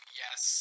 yes